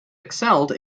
excelled